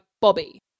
Bobby